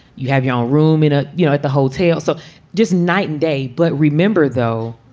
you have your own room in a you know, at the hotel. so just night and day but remember, though,